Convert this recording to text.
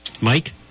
Mike